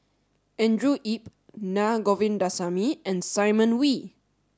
Andrew Yip Naa Govindasamy and Simon Wee